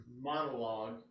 monologue